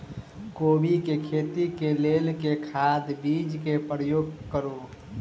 कोबी केँ खेती केँ लेल केँ खाद, बीज केँ प्रयोग करू?